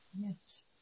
Yes